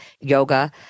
yoga